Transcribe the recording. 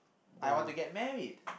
I want to get married